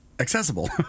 Accessible